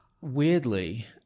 Weirdly